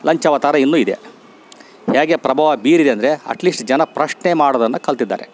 ಲಂಚಾವತಾರ ಇನ್ನು ಇದೆ ಹೇಗೆ ಪ್ರಭಾವ ಬೀರಿದೆ ಅಂದರೆ ಅಟ್ಲೀಸ್ಟ್ ಜನ ಪ್ರಶ್ನೆ ಮಾಡೋದನ್ನು ಕಲ್ತಿದ್ದಾರೆ